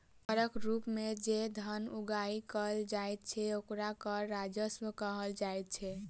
करक रूप मे जे धन उगाही कयल जाइत छै, ओकरा कर राजस्व कहल जाइत छै